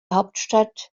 hauptstadt